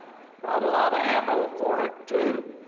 brought a lot of ammo for it too.